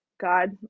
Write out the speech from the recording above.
God